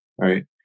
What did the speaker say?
Right